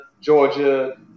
georgia